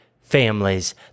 families